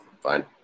Fine